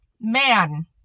man